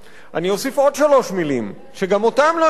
שגם אותן לא האמנתי שאני אגיד אי-פעם בפוליטיקה,